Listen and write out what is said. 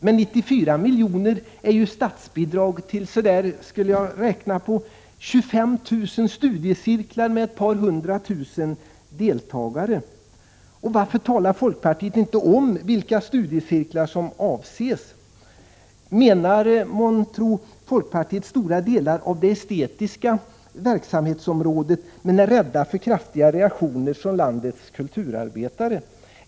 Men 94 miljoner är ju statsbidrag till ca 25 000 studiecirklar med ett par hundra tusen deltagare. Varför talar då folkpartiet inte om vilka studiecirklar som avses? Menar folkpartiet stora delar av det estetiska området men är rädda för kraftiga reaktioner från landets kulturarbetare?